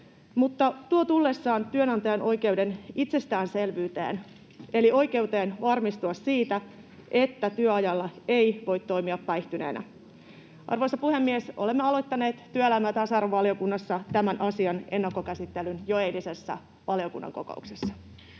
mutta tuo tullessaan työnantajan oikeuden itsestäänselvyyteen eli oikeuteen varmistua siitä, että työajalla ei voi toimia päihtyneenä. Arvoisa puhemies! Olemme aloittaneet työelämä- ja tasa-arvovaliokunnassa tämän asian ennakkokäsittelyn jo eilisessä valiokunnan kokouksessa.